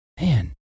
man